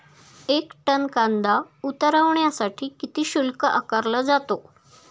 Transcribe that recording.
एक टन कांदा उतरवण्यासाठी किती शुल्क आकारला जातो?